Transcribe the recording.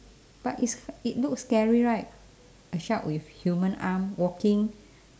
but is it looks scary right a shark with human arm walking